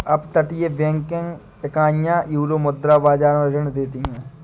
अपतटीय बैंकिंग इकाइयां यूरोमुद्रा बाजार में ऋण देती हैं